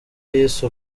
yise